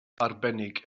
arbennig